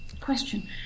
question